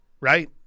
right